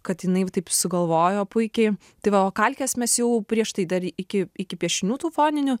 kad jinai taip sugalvojo puikiai tai va o kalkes mes jau prieš tai dar iki iki piešinių tų foninių